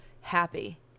happy